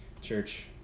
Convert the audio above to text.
Church